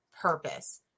purpose